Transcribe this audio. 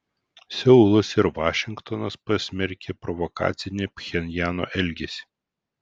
seulas ir vašingtonas pasmerkė provokacinį pchenjano elgesį